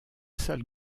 seuls